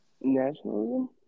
Nationalism